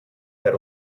that